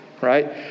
right